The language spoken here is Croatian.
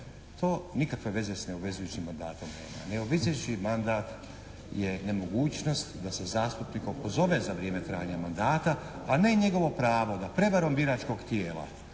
To nikakve veze s neobvezujućim mandatom nema. neobvezujući mandat je nemogućnost da se zastupnika opozove za vrijeme trajanja mandata, a ne njegovo pravo da prevarom biračkog tijela